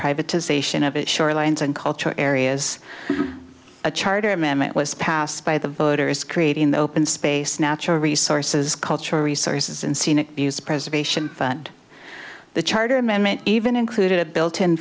privatization of shorelines and culture areas a charter amendment was passed by the voters creating the open space natural resources culture resources and scenic be used preservation and the charter amendment even included a built in